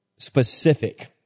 Specific